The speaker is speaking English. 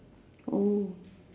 oh